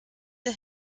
der